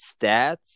Stats